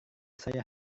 saya